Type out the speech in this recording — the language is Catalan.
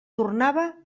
tornava